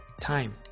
time